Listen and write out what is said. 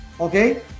okay